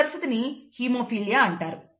ఈ పరిస్థితిని హిమోఫిలియా అంటారు